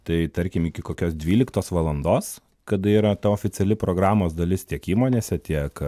tai tarkim iki kokios dvyliktos valandos kada yra ta oficiali programos dalis tiek įmonėse tiek